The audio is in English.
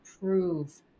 prove